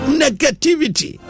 negativity